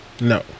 No